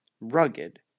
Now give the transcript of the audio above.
rugged